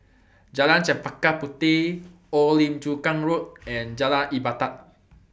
Jalan Chempaka Puteh Old Lim Chu Kang Road and Jalan Ibadat